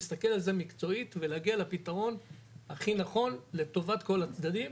נסתכל על זה מקצועית ולהגיע לפתרון הכי נכון לטובת כל הצדדים,